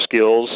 skills